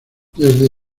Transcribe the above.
desde